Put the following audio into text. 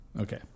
Okay